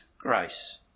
grace